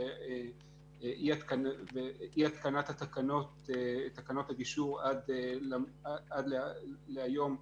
שאי התקנת תקנות הגישור עד להיום,